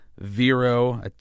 Vero